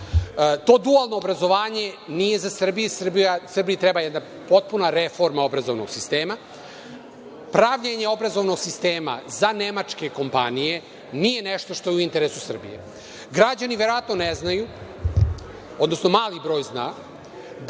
dualno obrazovanje nije za Srbiju, Srbiji treba jedna potpuna reforma obrazovnog sistema. Pravljenje obrazovnog sistema za nemačke kompanije nije nešto što je u interesu Srbije. Građani verovatno ne znaju, odnosno mali broj zna,